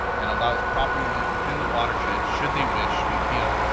and allows property owners within the watershed, should they wish, to appeal,